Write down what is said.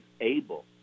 able